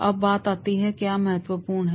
अब बात आती है कि क्या महत्वपूर्ण है